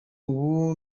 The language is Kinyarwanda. ubu